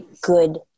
good